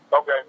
Okay